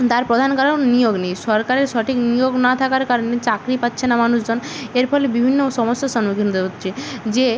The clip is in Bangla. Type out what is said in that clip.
তার প্রধান কারণ নিয়োগ নেই সরকারের সঠিক নিয়োগ না থাকার কারণে চাকরি পাচ্ছে না মানুষজন এর ফলে বিভিন্ন সমস্যার সন্মুখীন হতে হচ্ছে যে